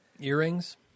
Earrings